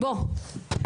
בוא,